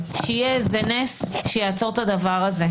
שיהיה איזה נס שיעצור את הדבר הזה.